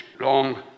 long